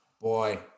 Boy